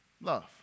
Love